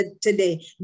today